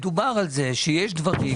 דובר על כך שיש דברים